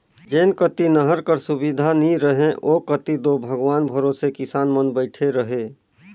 जेन कती नहर कर सुबिधा नी रहें ओ कती दो भगवान भरोसे किसान मन बइठे रहे